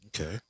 Okay